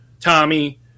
Tommy